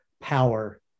power